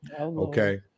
okay